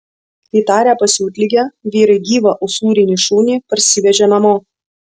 įtarę pasiutligę vyrai gyvą usūrinį šunį parsivežė namo